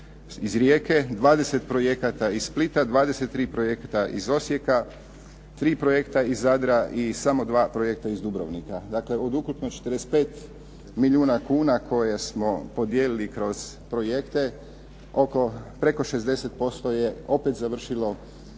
iz Rijeke, 20 projekata iz Splita, 23 projekta iz Osijeka, 3 projekta iz Zadra i samo 2 projekta iz Dubrovnika. Dakle, od ukupno 45 milijuna kuna koje smo podijelili kroz projekte preko 60% je opet završilo